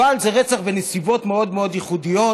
אבל זה רצח בנסיבות מאוד מאוד ייחודיות.